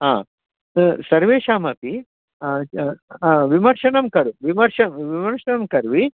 हा सर्वेषामपि विमर्शनं कर् विमर्शनं विमर्शनं की